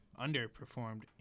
underperformed